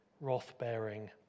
wrath-bearing